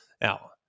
Now